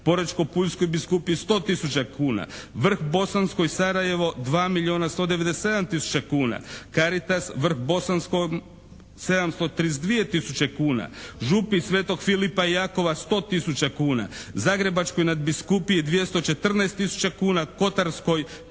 Porečko-puljskoj biskupiji 100 tisuća kuna, Vrh bosanskoj Sarajevo 2 milijuna 197 tisuća kuna, Caritas Vrh bosanskom 732 tisuće kuna, Župi Svetog Filipa i Jakova 100 tisuća kuna, Zagrebačkoj nadbiskupiji 214 tisuća kuna, Kotarskoj